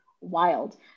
wild